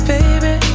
Baby